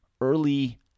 early